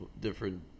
different